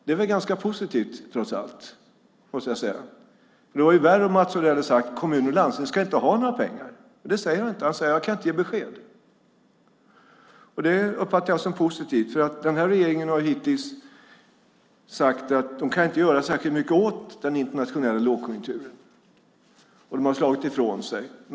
Det är väl ganska positivt, trots allt. Det hade varit värre om Mats Odell hade sagt att kommuner och landsting inte ska ha några pengar. Men det säger han inte. Han säger att han inte kan ge besked. Det uppfattar jag som positivt. Den här regeringen har hittills sagt att de inte kan göra särskilt mycket åt den internationella lågkonjunkturen och därmed slagit ifrån sig frågan.